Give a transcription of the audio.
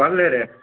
कसले रे